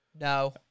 No